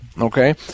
okay